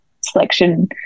selection